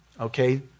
okay